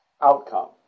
outcome